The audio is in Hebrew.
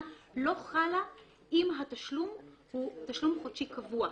לא חלה אם התשלום הוא תשלום חודשי קבוע.